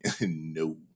no